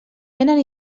vénen